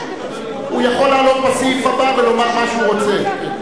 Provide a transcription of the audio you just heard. הוא יכול לעלות בסעיף הבא ולומר מה שהוא רוצה.